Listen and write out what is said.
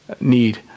need